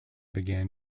began